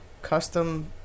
custom